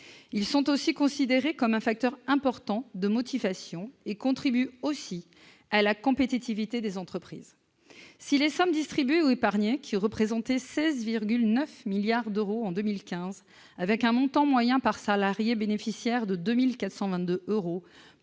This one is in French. Ils sont aussi considérés comme un facteur important de motivation et contribuent à la compétitivité des entreprises. Si les sommes distribuées ou épargnées, qui représentaient 16,9 milliards d'euros en 2015, avec un montant moyen par salarié bénéficiaire de 2 422 euros,